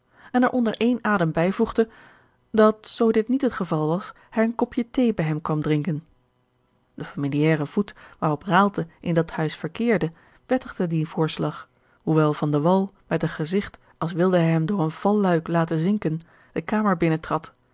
en er onder één george een ongeluksvogel adem bijvoegde dat zoo dit niet het geval was hij een kopje thee bij hem kwam drinken de familiaire voet waarop raalte in dat huis verkeerde wettigde dien voorslag hoewel van de wall met een gezigt als wilde hij hem door een valluik laten zinken de kamer